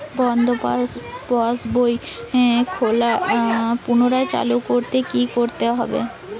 বন্ধ পাশ বই পুনরায় চালু করতে কি করতে হবে?